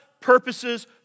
purposes